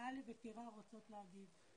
טלי וטירה רוצות להגיב.